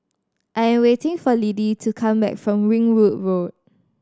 I'm waiting for Lidie to come back from Ringwood Road